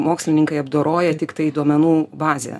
mokslininkai apdoroja tiktai duomenų bazę